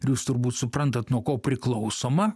ir jūs turbūt suprantat nuo ko priklausoma